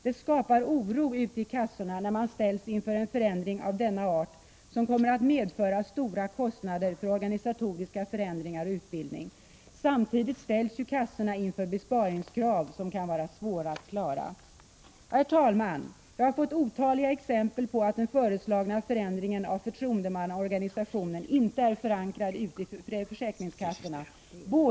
Det skapar oro ute i kassorna när de ställs inför en förändring av denna art, som kommer att medföra stora kostnader för organisatoriska åtgärder och utbildning. Samtidigt åläggs ju kassorna besparingskrav, som kan vara svåra att klara. Herr talman! Jag har fått otaliga bevis, både från Örebrokassan och från andra kassor, på att den föreslagna förändringen av förtroendemannaorganisationen inte är förankrad ute i försäkringskassorna.